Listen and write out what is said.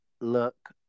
look